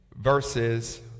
verses